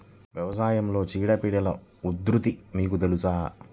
వ్యవసాయంలో చీడపీడల ఉధృతి మీకు తెలుసా?